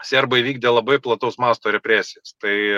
serbai vykdė labai plataus masto represijas tai